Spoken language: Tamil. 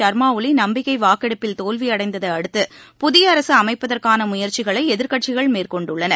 சர்மா ஓலி நம்பிக்கை வாக்கெடுப்பில் தோல்வி அடைந்ததை அடுத்து புதிய அரசு அமைப்பதற்கான முயற்சிகளை எதிர்க்கட்சிகள் மேற்கொண்டுள்ளன